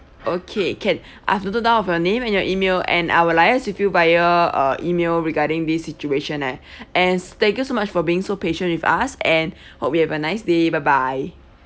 okay can I've noted down of your name and your email and I will liaise with you via uh email regarding this situation eh and s~ thank you so much for being so patient with us and hope you have a nice bye bye